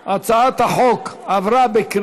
ההצעה להעביר את הצעת חוק להארכת תוקפן